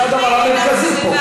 זה הדבר המרכזי פה.